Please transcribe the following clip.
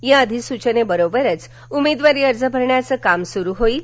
या अधिसूचनेबरोबरच उमेदवारी अर्ज भरण्याचं काम सुरु होईल